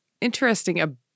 interesting